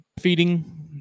feeding